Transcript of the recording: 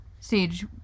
Sage